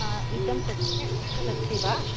इदं अस्ति वा